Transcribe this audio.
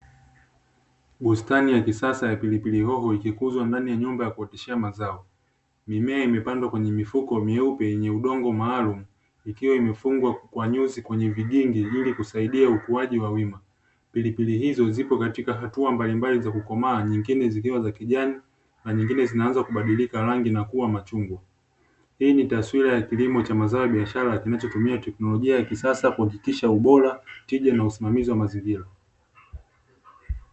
Bustani ya kisasa ya pilipili hoho ikikuzwa ndani ya nyumba ya kuoteshea mazao. Mimea imepandwa kwenye mifuko miepesi yenye udongo maalum, ikiwa imefungwa kwa nyuzi kwenye vigingi nne kusaidia ukuaji wa wima. Pilipili hizo zipo katika hatua mbalimbali za kukomaa, nyingine zikiwa za kijani na nyingine zinaanza kubadilika rangi na kuwa machungwa. Hii ni taswira ya kilimo cha mazao ya biashara kinachotumia teknolojia ya kisasa kuhakikisha ubora, tija, na usimamizi wa mazingira.